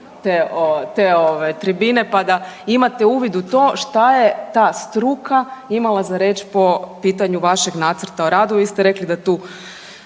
te ovaj tribine, pa da imate ovaj uvid u to šta je ta struka imala za reći po pitanju vašeg nacrta o radu, vi ste rekli da tu